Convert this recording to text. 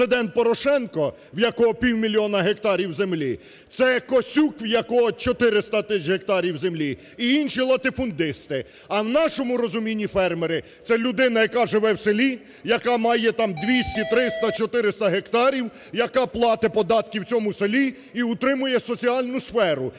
Президент Порошенко, в якого півмільйона гектарів землі, це Косюк, в якого 400 тисяч гектарів землі, і інші латифундисти. А в нашому розумінні фермери – це людина, яка живе в селі, яка має там 200-300-400 гектарів, яка платить податки в цьому селі і утримує соціальну сферу,